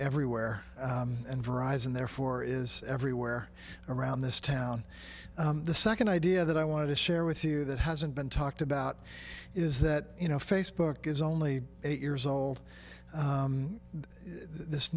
everywhere and verizon therefore is everywhere around this town the second idea that i want to share with you that hasn't been talked about is that you know facebook is only eight years old and this